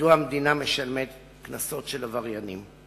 מדוע המדינה משלמת קנסות של עבריינים: